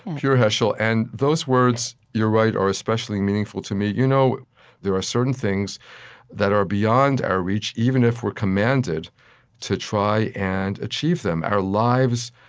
pure heschel. and those words, you're right, are especially meaningful to me. you know there are certain things that are beyond our reach, even if we're commanded to try and achieve them. our lives,